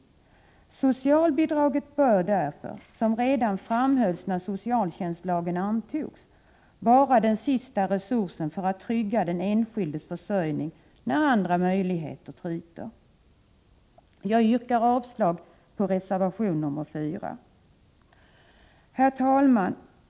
Socialbidraget bör därför, som redan framhölls när socialtjänstlagen antogs, vara den sista resursen för att trygga den enskildes försörjning när andra möjligheter tryter. Jag yrkar avslag på reservation 4. Herr talman!